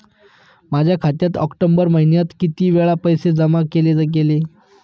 माझ्या खात्यात ऑक्टोबर महिन्यात किती वेळा पैसे जमा केले गेले?